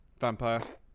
Vampire